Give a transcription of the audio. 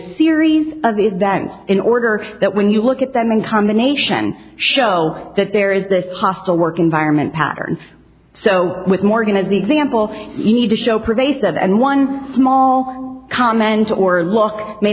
series of these that in order that when you look at them in combination show that there is this hostile work environment pattern so with morgan as the example you need to show pervasive and one small comment or look may